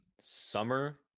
summer